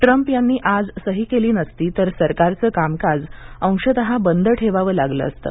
Trump यांनी आज सही केली नसती तर सरकारचं कामकाज अंशत बंद ठेवावं लागलं असतं